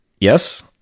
Yes